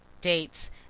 dates